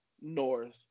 North